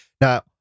Now